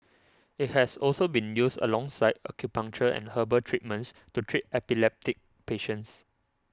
it has also been used alongside acupuncture and herbal treatments to treat epileptic patients